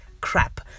crap